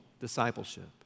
discipleship